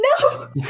No